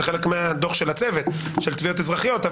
זה חלק מהדוח של צוות התביעות האזרחיות.